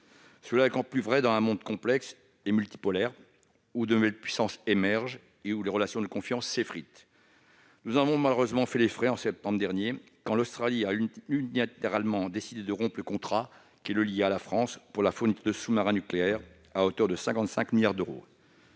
Cela est encore plus vrai dans un monde complexe et multipolaire où de nouvelles puissances émergent et où les relations de confiance s'effritent. Nous en avons malheureusement fait les frais, en septembre dernier, quand l'Australie a unilatéralement décidé de rompre le contrat qui la liait à la France pour la fourniture de sous-marins nucléaires à hauteur de 55 milliards d'euros.